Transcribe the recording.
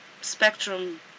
spectrum